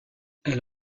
elle